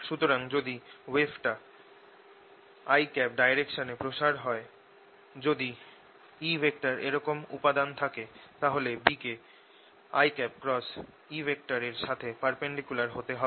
সুতরাং যদি ওয়েভটা i ডাইরেকশনে প্রসার হয় যদি E এর এরকম উপাদান থাকে তাহলে B কে এর সাথে পারপেন্ডিকুলার হতে হবে